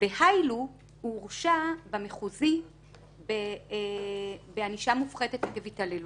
היילו הורשע במחוזי בענישה מופחתת עקב התעללות.